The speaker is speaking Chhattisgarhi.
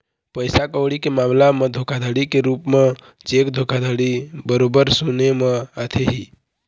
पइसा कउड़ी के मामला म धोखाघड़ी के रुप म चेक धोखाघड़ी बरोबर सुने म आथे ही